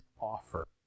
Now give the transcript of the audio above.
offer